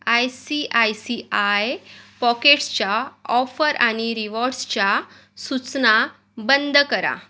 I C I C I पॉकेट्सच्या offer आणि रिवॉर्ड्सच्या सूचना बंद करा